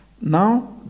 Now